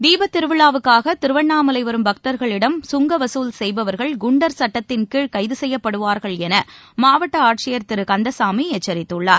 தீபத்திருவிழாவுக்காக திருவண்ணாமலை வரும் பக்தர்களிடம் கங்கவசூல் செய்பவர்கள் குண்டர் சட்டத்தின் கீழ கைது செய்யப்படுவார்கள் என மாவட்ட ஆட்சியர் திரு கந்தசாமி எச்சரித்துள்ளார்